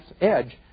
edge